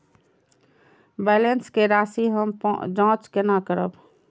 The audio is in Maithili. बैलेंस के राशि हम जाँच केना करब?